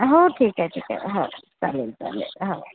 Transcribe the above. हो ठीक आहे ठीक आहे हो चालेल चालेल हो